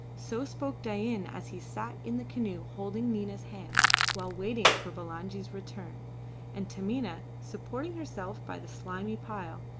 so spoke dain as he sat in the canoe holding nina's hands while waiting for bulangi's return and taminah, supporting herself by the slimy pile,